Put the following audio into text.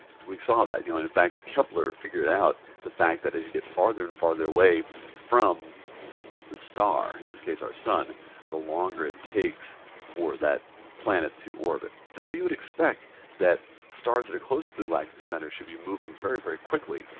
we saw that, you know, i mean in fact kepler figured out the fact that as you get farther and farther away from the star in this case our sun the longer it takes for that planet to orbit. and so you would expect that stars that are close to the like galactic center should be moving very very quickly.